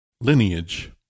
Lineage